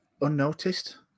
unnoticed